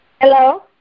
Hello